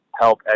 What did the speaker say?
help